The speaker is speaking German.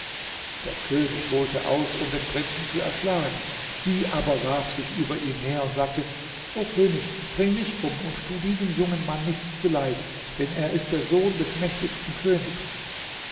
der könig holte aus um den prinzen zu erschlagen sie aber warf sich über ihn her und sagte o könig bring mich um und tu diesem jungen mann nichts zuleid denn er ist der sohn des mächtigsten königs